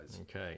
Okay